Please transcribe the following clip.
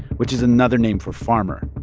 which is another name for farmer.